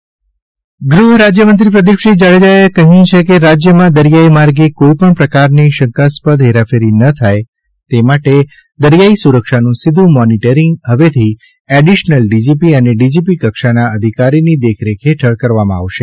દરિયાઇ સુરક્ષા ગૃહરાજ્યમંત્રી પ્રદિપસિંહ જાડેજાએ કહ્યું છે કે રાજ્યમાં દરિયાઇ માર્ગે કોઇ પણ પ્રકારની શંકાસ્પદ હેરાફેરી ન થાય તે માટે દરિયાઇ સુરક્ષાનું સીધુ મોનિટરીંગ હવેથી એડિશનલ ડીજીપી અને ડીજીપી કક્ષાના અધિકારીની દેખરેખ હેઠળ કરવામાં આવશે